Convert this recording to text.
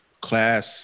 class